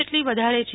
જેટલી વધારે છે